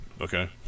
okay